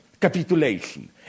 capitulation